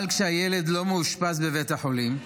אבל כשהילד לא מאושפז בבית החולים,